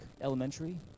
Elementary